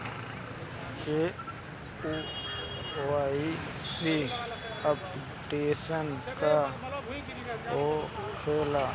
KYC updation का होखेला?